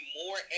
more